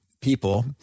people